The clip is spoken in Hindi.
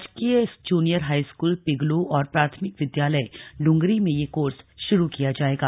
राजकीय जूनियर हाईस्कूल पिगलो और प्राथमिक विद्यालय डुंगरी में यह कोर्स शुरू किया जाएगा